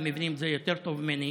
הם מבינים בזה יותר טוב ממני,